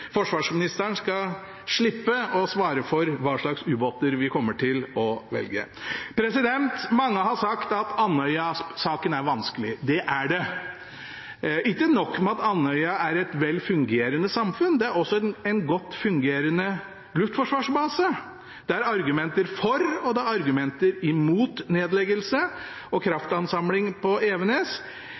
Forsvarsministeren skal slippe å svare for hva slags ubåter vi kommer til å velge. Mange har sagt at Andøya-saken er vanskelig. Det er den. Ikke nok med at Andøya er et vel fungerende samfunn, det er også en godt fungerende luftforsvarsbase. Det er argumenter for og argumenter imot nedleggelse og kraftansamling på Evenes,